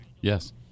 Yes